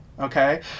Okay